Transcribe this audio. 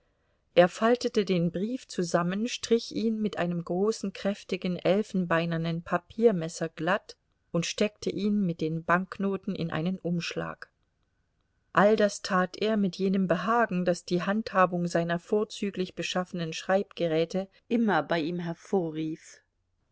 er faltete den brief zusammen strich ihn mit einem großen kräftigen elfenbeinernen papiermesser glatt und steckte ihn mit den banknoten in einen umschlag all das tat er mit jenem behagen das die handhabung seiner vorzüglich beschaffenen schreibgeräte immer bei ihm hervorrief